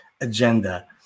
agenda